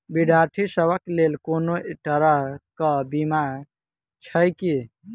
विद्यार्थी सभक लेल कोनो तरह कऽ बीमा छई की?